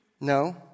No